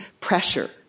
pressure